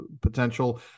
potential